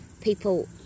people